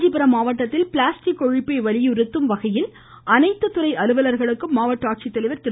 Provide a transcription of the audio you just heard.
காஞ்சிபுரம் மாவட்டத்தில் பிளாஸ்டிக் ஒழிப்பை வலியுறுத்தும் வகையில் அனைத்து துறை அலுவலர்களுக்கும் மாவட்ட ஆட்சித்தலைவர் திரு